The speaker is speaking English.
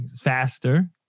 faster